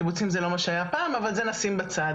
קיבוצים זה לא מה שהיה פעם אבל את זה נשים בצד.